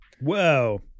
Whoa